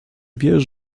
wiesz